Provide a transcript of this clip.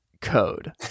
code